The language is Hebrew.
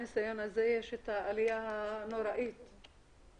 עם הניסיון הזה יש את העלייה הנוראית בפשיעה.